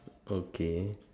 okay